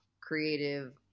creative